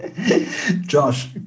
Josh